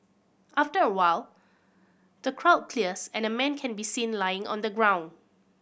after a while the crowd clears and a man can be seen lying on the ground